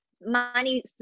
money